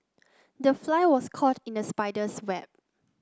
the fly was caught in the spider's web